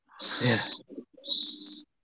Yes